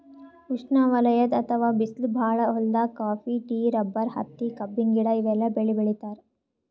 ಉಷ್ಣವಲಯದ್ ಅಥವಾ ಬಿಸ್ಲ್ ಭಾಳ್ ಹೊಲ್ದಾಗ ಕಾಫಿ, ಟೀ, ರಬ್ಬರ್, ಹತ್ತಿ, ಕಬ್ಬಿನ ಗಿಡ ಇವೆಲ್ಲ ಬೆಳಿ ಬೆಳಿತಾರ್